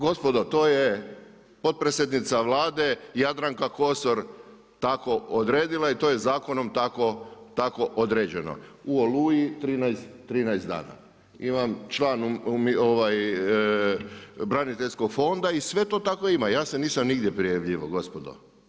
Gospodo, to je potpredsjednica vlade Jadranka Kosor tako odredila i to je zakonom tako određeno u Oluji 13 dana, član Braniteljskog fonda i sve to tako ima, ja se nisam nigdje prijavljivao gospodo.